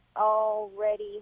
already